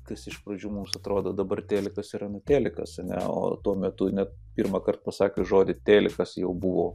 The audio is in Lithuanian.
kas iš pradžių mums atrodė dabar telikas yra nu telikas a ne o tuo metu ne pirmąkart pasakius žodį telikas jau buvo